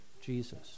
Jesus